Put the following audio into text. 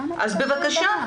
אז בבקשה.